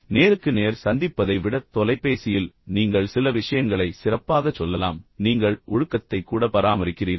நேருக்கு நேர் சந்திப்பதை விட தொலைபேசியில் நீங்கள் சில விஷயங்களை சிறப்பாகச் சொல்லலாம் ஆனால் நீங்கள் உங்கள் ஒழுக்கத்தை கூட பராமரிக்கிறீர்கள்